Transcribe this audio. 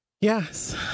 Yes